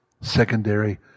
secondary